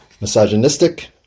misogynistic